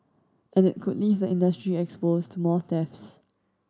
and it could leave the industry exposed to more thefts